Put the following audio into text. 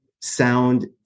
sound